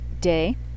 day